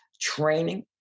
training